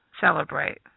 celebrate